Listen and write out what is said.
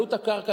עלות הקרקע,